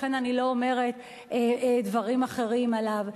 לכן אני לא אומרת דברים אחרים עליו.